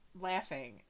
laughing